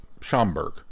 schomburg